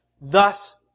thus